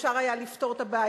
שהיה אפשר לפתור את הבעיה,